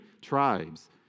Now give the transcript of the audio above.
tribes